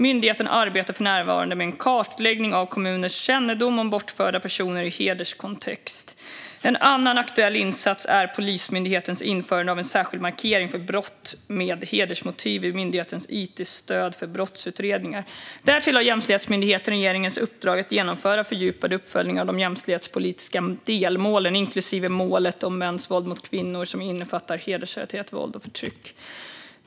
Myndigheten arbetar för närvarande med en kartläggning av kommuners kännedom om bortförda personer i en hederskontext. En annan aktuell insats är Polismyndighetens införande av en särskild markering för brott med hedersmotiv i myndighetens it-stöd för brottsutredningar. Därtill har Jämställdhetsmyndigheten regeringens uppdrag att genomföra fördjupade uppföljningar av de jämställdhetspolitiska delmålen, inklusive målet om mäns våld mot kvinnor, som innefattar hedersrelaterat våld och förtryck.